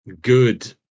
Good